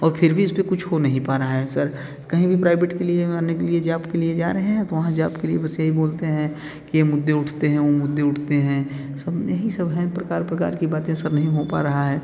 और फिर भी इस पर कुछ हो नहीं पा रहा है सर कहीं भी प्राइबेट के लिए ने के लिए जॉब के लिए जा रहे हैं तो वहाँ जॉब के लिए बस यही बोलते हैं कि ये मुद्दे उठते हैं वो मुद्दे उठते हैं सब यही सब हैं प्रकार प्रकार की बातें सब नहीं हो पा रहा है